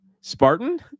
Spartan